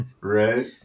Right